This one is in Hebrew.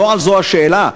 לא זאת השאלה.